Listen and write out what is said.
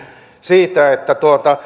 siitä